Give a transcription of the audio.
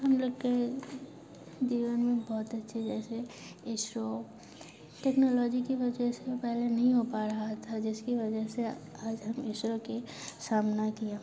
हम लोग के जीवन में बहुत अच्छे जैसे ये शो टेक्नोलॉजी की वजह से वो पहले नहीं हो पा रहा था जिसकी वजह से आज हम इशरो की सामना किया